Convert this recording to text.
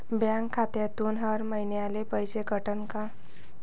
Bank खात्यातून हर महिन्याले पैसे कटन का?